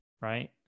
right